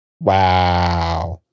Wow